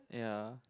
ya